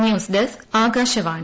news desk Akashvani